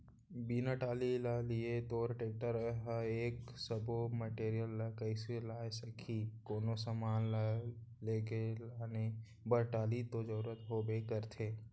बिना टाली ल लिये तोर टेक्टर ह ए सब्बो मटेरियल ल कइसे लाय सकही, कोनो समान ल लेगे लाने बर टाली तो जरुरी होबे करथे